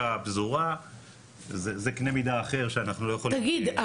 הפזורה זה קנה מידה אחר שאנחנו לא יכולים ל- -- תגיד,